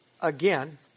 Again